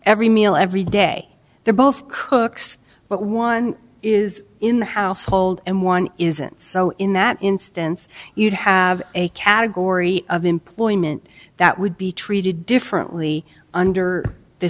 every meal every day they're both cooks but one is in the household and one isn't so in that instance you'd have a category of employment that would be treated differently under th